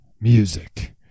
Music